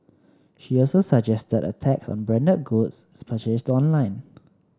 she also suggested a tax on branded goods purchased online